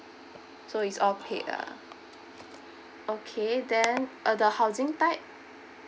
so it's all paid ah okay then uh the housing type